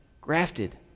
Grafted